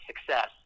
success